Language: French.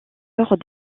alors